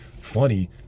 Funny